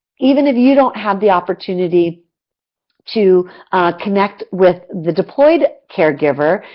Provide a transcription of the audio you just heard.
even if you don't have the opportunity to connect with the deployed caregiver,